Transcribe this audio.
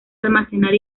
almacenar